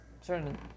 Certain